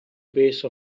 base